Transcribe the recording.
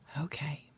Okay